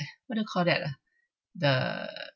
eh what you call that ah the